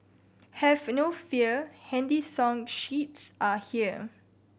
have no fear handy song sheets are here